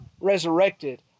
resurrected